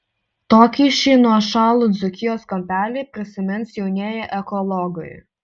tokį šį nuošalų dzūkijos kampelį prisimins jaunieji ekologai